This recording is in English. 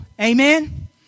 Amen